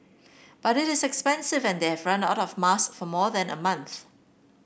but it is expensive and they out of mask for more than a month